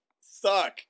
Suck